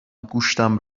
گوشتم